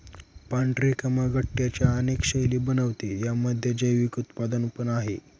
पांढरे कमळ गट्ट्यांच्या अनेक शैली बनवते, यामध्ये जैविक उत्पादन पण आहे